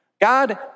God